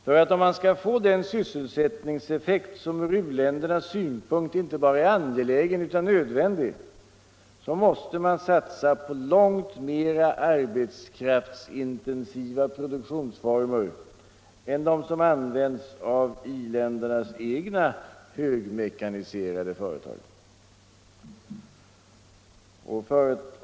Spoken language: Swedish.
För om man skall få den sysselsättningseffekt som från u-ländernas synpunkt är inte bara angelägen utan nödvändig måste man satsa på långt mera arbetskraftsintensiva produktionsformer än de som används av i-ländernas egna högmekaniserade företag.